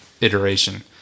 iteration